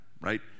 right